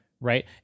Right